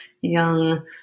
young